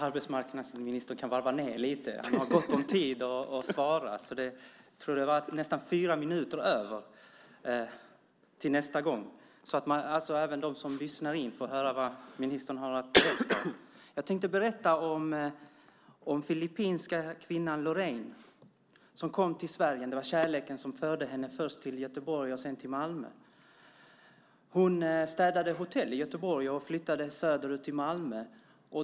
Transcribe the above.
Herr talman! Jag tänkte berätta om den filippinska kvinnan Loraine som kom till Sverige. Det var kärleken som förde henne först till Göteborg och sedan till Malmö. Hon städade hotell i Göteborg och flyttade söderut till Malmö.